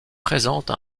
présente